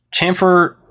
chamfer